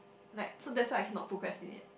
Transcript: like so that's why I cannot procrastinate